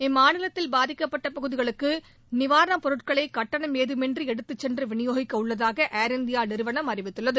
இம்மாநிலத்தில் பாதிக்கப்பட்ட பகுதிகளுக்கு நிவாரணப் பொருட்களை கட்டணம் ஏதமின்றி எடுத்துச் சென்று விநியோகிக்க உள்ளதாக ஏர் இண்டியா நிறுவனம் அறிவித்துள்ளது